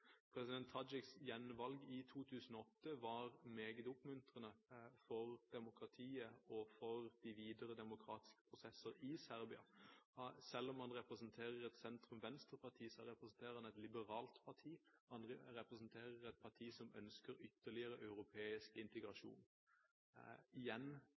President Tadics gjenvalg i 2008 var meget oppmuntrende for demokratiet og for de videre demokratiske prosesser i Serbia. Selv om han representerer et sentrum–venstre-parti, representerer han et liberalt parti, og han representerer et parti som ønsker ytterligere europeisk integrasjon. Igjen